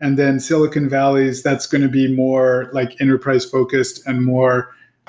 and then silicon valley's, that's going to be more like enterprise-focused and